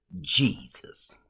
Jesus